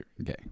okay